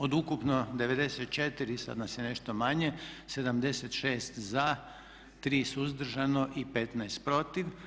Od ukupno 94, sada nas je nešto manje, 76 za, 3 suzdržanih i 15 protiv.